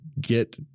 get